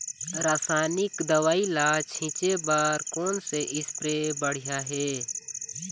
रासायनिक दवई ला छिचे बर कोन से स्प्रे बढ़िया हे?